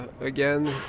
again